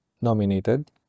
nominated